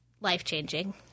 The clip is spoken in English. life-changing